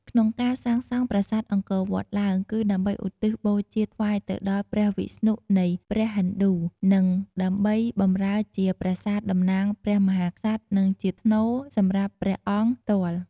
ក្នុងការសាងសង់ប្រាសាទអង្គរវត្តឡើង គឺដើម្បីឧទ្ទិសបូជាថ្វាយទៅដល់ព្រះវិស្ណុនៃព្រះហិណ្ឌូ និងដើម្បីបម្រើជាប្រាសាទតំណាងព្រះមហាក្សត្រ និងជាផ្នូរសម្រាប់ព្រះអង្គផ្ទាល់។